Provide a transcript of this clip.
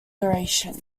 duration